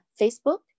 Facebook